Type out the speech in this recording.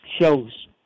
shows